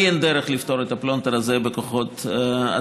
לי אין דרך לפתור את הפלונטר הזה בכוחות עצמי.